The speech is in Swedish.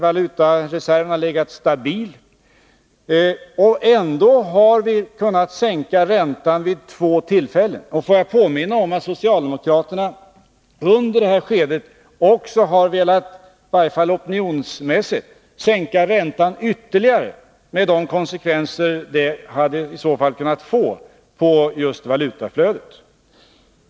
Valutareserven har legat stabil, och ändå har vi kunnat sänka räntan vid två tillfällen. Får jag påminna om att socialdemokraterna under det här skedet också har velat — i varje fall opinionsmässigt — sänka räntan ytterligare, med de konsekvenser det i så fall hade kunnat få på valutaflödet.